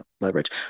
leverage